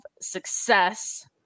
success